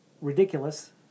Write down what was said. Ridiculous